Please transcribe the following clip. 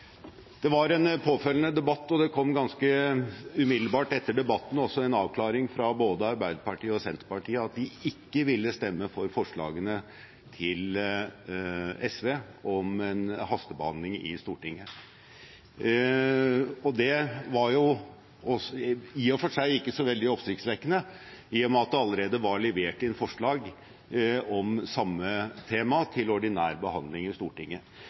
Det var en påfølgende debatt, og det kom ganske umiddelbart etter debatten også en avklaring fra både Arbeiderpartiet og Senterpartiet om at de ikke ville stemme for forslagene til SV om en hastebehandling i Stortinget. Det var i og for seg ikke så veldig oppsiktsvekkende, i og med at det allerede var levert inn forslag om samme tema til ordinær behandling i Stortinget.